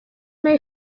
may